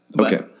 Okay